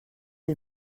les